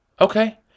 Okay